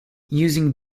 using